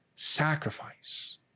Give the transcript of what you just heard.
sacrifice